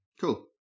cool